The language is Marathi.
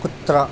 कुत्रा